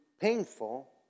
painful